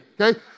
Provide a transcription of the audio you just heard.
okay